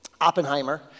Oppenheimer